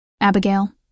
Abigail